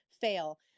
fail